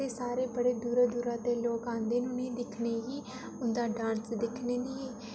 ते सारे बड़ा दूरा दूरा लोक आंदे न उ'नेंगी दिक्खनें गी उं'दा डांस दिक्खने दी